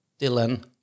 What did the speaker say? Dylan